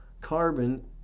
carbon